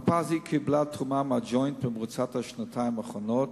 מרפאה זו קיבלה תרומה מה"ג'וינט" במרוצת השנתיים האחרונות,